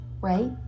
right